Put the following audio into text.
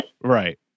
Right